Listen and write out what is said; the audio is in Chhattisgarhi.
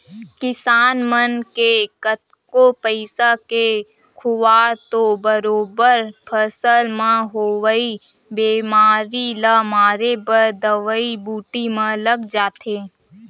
किसान मन के कतको पइसा के खुवार तो बरोबर फसल म होवई बेमारी ल मारे बर दवई बूटी म लग जाथे